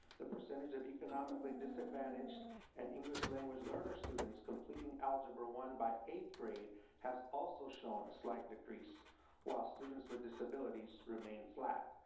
the percentage of economically disadvantaged and english language lerner students completing algebra one by eighth grade has shown a slight decrease while students with disabilities remain flat.